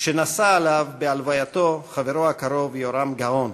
שנשא עליו בהלווייתו חברו הקרוב יהורם גאון,